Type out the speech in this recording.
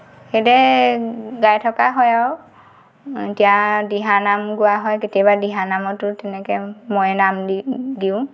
সেইদৰে গায় থকা হয় আৰু এতিয়া দিহা নাম গোৱা হয় কেতিয়াবা দিহা নামটো তেনেকৈ মইয়ে নাম দি দিওঁ